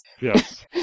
yes